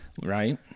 Right